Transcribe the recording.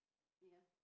ya